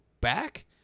back